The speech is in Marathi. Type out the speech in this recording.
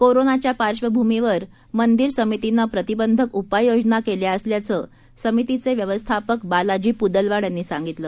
कोरोनाच्या पार्बंभूमीवर मंदिर समितीनं प्रतिबंधक उपाययोजना केल्या असल्याचं समितीचे व्यवस्थापक बालाजी पुदलवाड यांनी सांगितलं